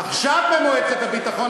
עכשיו במועצת הביטחון,